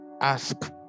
Ask